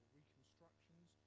reconstructions